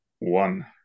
One